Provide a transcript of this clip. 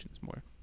more